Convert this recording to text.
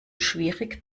schwierig